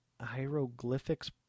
hieroglyphics